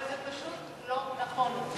אבל זה פשוט לא נכון,